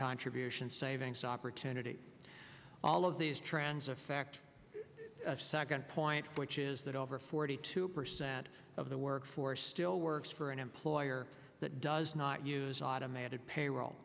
contribution savings opportunity all of these trends affect a second point which is that over forty two percent of the workforce still works for an employer that does not use automated payroll